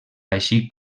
així